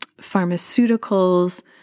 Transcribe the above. pharmaceuticals